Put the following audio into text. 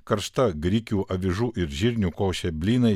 karšta grikių avižų ir žirnių košė blynai